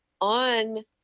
on